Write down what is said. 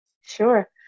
Sure